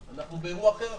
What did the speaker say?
אנחנו באירוע אחר עכשיו.